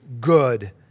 good